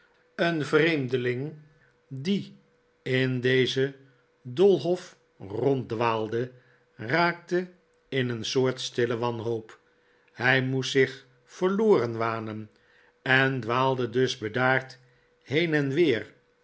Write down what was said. een vreemdeling die in dezen doolhof ronddwaalde raakte in een soort stille wanhoop hij moest zich verloren wanen en dwaalde dus bedaard been en weer